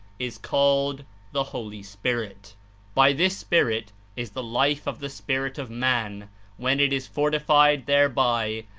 is called the holy spirit by this spirit is the life of the spirit of man when it is fortified thereby,